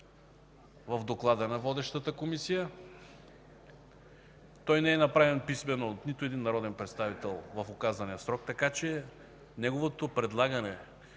в доклада на водещата комисия. Той не е направен писмено от нито един народен представител в указания срок, така че неговото предлагане